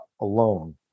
alone